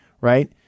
right